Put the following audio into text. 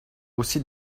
aussi